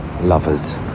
lovers